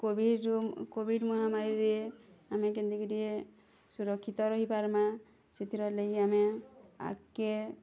କୋଭିଡ଼୍ରୁ covid ମହାମାରୀରେ ଆମେ କେନ୍ତି କି ଟିକେ ସୁରକ୍ଷିତ ରହି ପାର୍ମାଁ ସେଥିର୍ ଲାଗି ଆମେ ଆଗ୍କେ